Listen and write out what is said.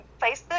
Facebook